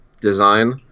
design